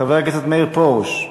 חבר הכנסת מאיר פרוש,